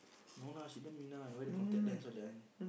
no no she damn minah wear the contact lens all that one